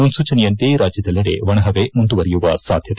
ಮುನ್ಲೂಚನೆಯಂತೆ ರಾಜ್ಯದೆಲ್ಲೆಡೆ ಒಣಹವೆ ಮುಂದುವರಿಯುವ ಸಾಧ್ಯತೆ